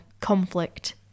conflict